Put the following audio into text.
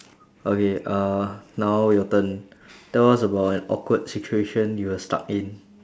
okay uh now your turn tell us about an awkward situation you were stuck in